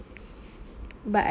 but I